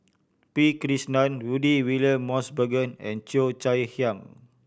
P Krishnan Rudy William Mosbergen and Cheo Chai Hiang